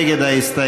מי נגד ההסתייגות?